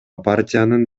партиянын